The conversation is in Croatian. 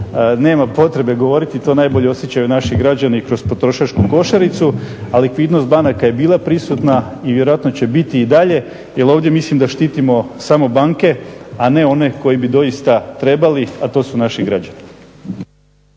nema potrebe govoriti, to najbolje osjećaju naši građani kroz potrošačku košaricu, a likvidnost banaka je bila prisutna i vjerojatno će biti i dalje jel ovdje mislim da štitimo samo banke, a ne one koji bi doista trebali, a to su naši građani.